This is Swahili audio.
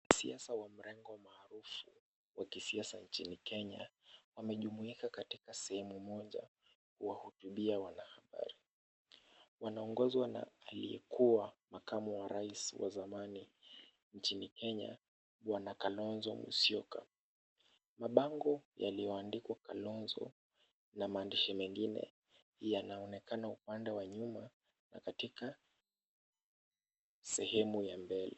Wanasiasa wa mrengo maarufu wa kisiasa nchini Kenya, wamejumuika katika sehemu moja kuwahutubia wanahabari. Wanaongozwa na aliyekuwa makamu wa rais wa zamani nchini Kenya Bwana Kalonzo Musyoka. Mabango yaliyoandikwa Kalonzo na maandishi mengine yanaonekana upande wa nyuma na katika sehemu ya mbele.